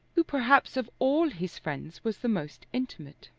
who perhaps of all his friends was the most intimate.